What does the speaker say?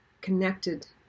connected